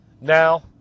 Now